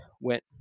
went